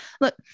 look